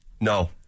No